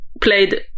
played